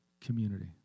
community